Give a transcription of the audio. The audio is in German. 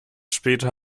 später